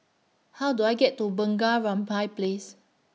How Do I get to Bunga Rampai Place